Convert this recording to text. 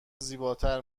زیباتر